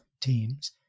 teams